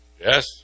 Yes